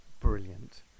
brilliant